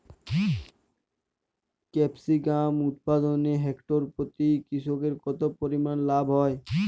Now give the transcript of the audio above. Capsicum উৎপাদনে hectare প্রতি কৃষকের কত পরিমান লাভ হয়?